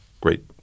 Great